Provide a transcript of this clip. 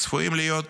צפויים להיות